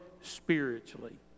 spiritually